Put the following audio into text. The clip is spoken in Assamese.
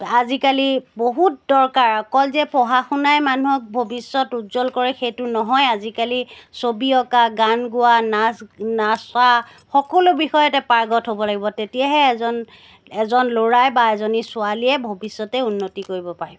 আজিকালি বহুত দৰকাৰ অকল যে পঢ়া শুনাই মানুহক ভৱিষ্যত উজ্জ্বল কৰে সেইটো নহয় আজিকালি ছবি অঁকা গান গোৱা নাচ নাচা সকলো বিষয়তে পাৰ্গত হ'ব লাগিব তেতিয়াহে এজন এজন ল'ৰাই বা এজনী ছোৱালীয়ে ভৱিষ্যতে উন্নতি কৰিব পাৰিব